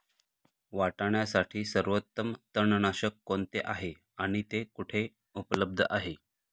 वाटाण्यासाठी सर्वोत्तम तणनाशक कोणते आहे आणि ते कुठे उपलब्ध आहे?